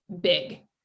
big